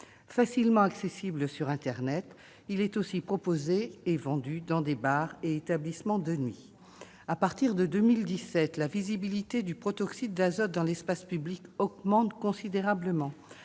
Facilement accessible sur internet, il est aussi proposé et vendu dans des bars et des établissements de nuit. À partir de 2017, la visibilité du protoxyde d'azote dans l'espace public augmente considérablement.